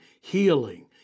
healing